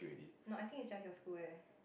not I think is just your school eh